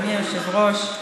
אדוני היושב-ראש,